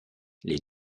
les